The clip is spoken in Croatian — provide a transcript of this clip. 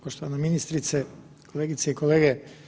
Poštovana ministrice, kolegice i kolege.